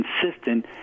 consistent